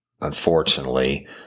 unfortunately